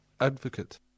advocate